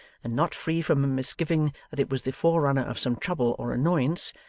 and not free from a misgiving that it was the forerunner of some trouble or annoyance,